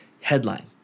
Headline